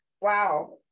Wow